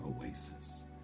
oasis